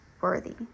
worthy